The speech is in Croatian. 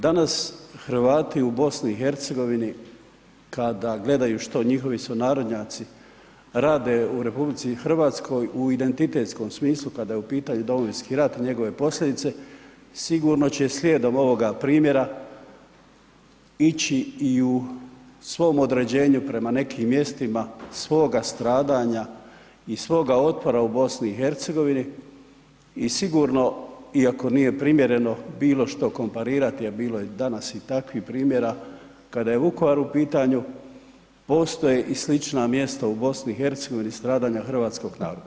Danas Hrvati u BiH kada gledaju što njihovi sunarodnjaci rade u RH u identitetskom smislu, kada je u pitanju Domovinski rat i njegove posljedice, sigurno će slijedom ovoga primjera ići i u svom određenju prema nekim mjestima svoga stradanja i svoga otpora u BiH i sigurno, iako nije primjereno, bilo što komparirati, a bilo je danas i takvih primjera, kada je Vukovar u pitanju, postoje i slična mjesta u BiH stradanja hrvatskog naroda.